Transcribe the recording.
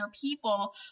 people